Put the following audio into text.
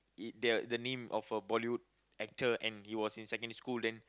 it the the name of a Bollywood actor and he was in secondary school then